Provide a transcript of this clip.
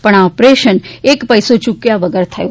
પણ આ ઓપરેશન એક પૈસો યૂકવ્યા વગર થયું